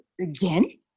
again